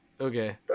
Okay